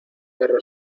perro